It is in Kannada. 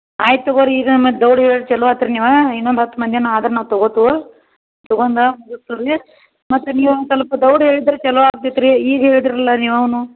ಆಯ್ತು ತಗೋ ರೀ ಈಗ ಮತ್ತೆ ದೌಡ್ ಹೇಳಿ ಚಲೋ ಆತ್ರಿ ನೀವು ಇನ್ನೊಂದು ಹತ್ತು ಮಂದಿನೊ ಆದ್ರೆ ನಾವು ತಗೋತೀವೊ ತಗೊಂದ ಮುಗಿಸಿ ಅಲ್ಲಿ ಮತ್ತು ನೀವು ಒಂದು ಸೊಲ್ಪ ದೌಡ್ ಹೇಳಿದ್ರೆ ಚಲೋ ಆಗ್ತಿತ್ತು ರೀ ಈಗ ಹೇಳಿದ್ರಲ್ಲ ನೀವೂನು